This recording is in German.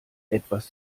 etwas